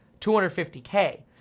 250k